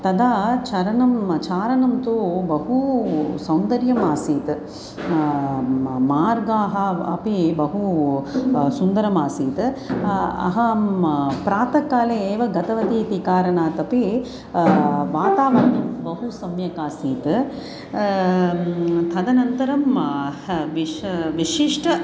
तदा चारणं चारणं तु बहु सौन्दर्यम् आसीत् म मार्गाः अपि बहु सुन्दरम् आसीत् अहं प्रातःकाले एव गतवती इति कारणादपि वातावरणं बहु सम्यक् आसीत् तदनन्तरं विश् विशिष्टः